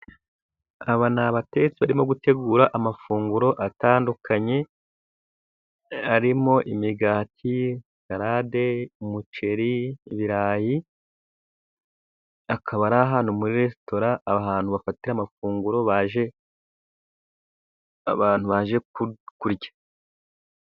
Aba ni abatetsi barimo gutegura amafunguro atandukanye arimo imigati, sarade, umuceri, ibirayi, akaba ari ahantu muri resitora ahantu bafatira amafunguro, abantu baje kurya.